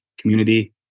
community